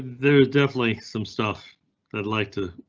there is definitely some stuff i'd like to.